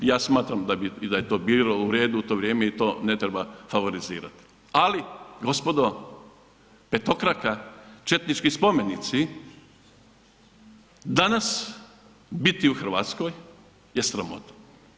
Ja smatram da bi i da je to bilo u redu u to vrijeme i to ne treba favorizirati, ali gospodo petokraka, četnički spomenici danas biti u Hrvatskoj je sramota.